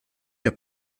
der